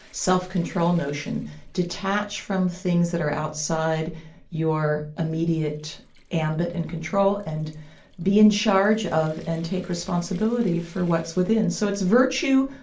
self-control notion detached from things that are outside your immediate ambit and control, and be in charge of and take responsibility for what's within. so it's virtue,